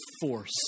force